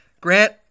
Grant